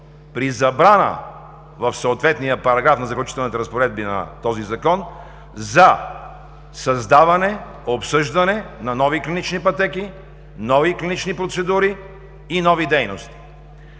при забрана в съответния параграф на Заключителните разпоредби на този Закон, за създаване, обсъждане на нови клинични пътеки, нови клинични процедури и нови дейности.